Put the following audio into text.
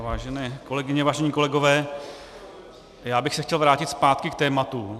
Vážené kolegyně, vážení kolegové, já bych se chtěl vrátit zpátky k tématu.